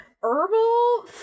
herbal